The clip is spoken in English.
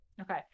Okay